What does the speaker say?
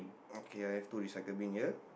okay I have two recycle bin here